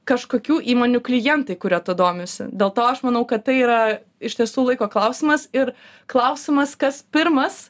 kažkokių įmonių klientai kurie tuo domisi dėl to aš manau kad tai yra iš tiesų laiko klausimas ir klausimas kas pirmas